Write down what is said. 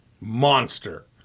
monster